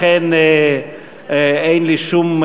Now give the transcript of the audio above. לכן אין לי שום,